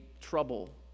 trouble